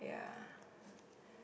yeah